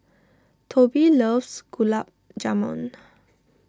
Tobie loves Gulab Jamun